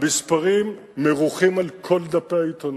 המספרים מרוחים על כל דפי העיתונים.